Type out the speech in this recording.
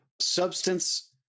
Substance